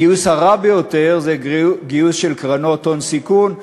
הגיוס הרע ביותר זה גיוס של קרנות הון סיכון.